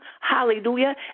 hallelujah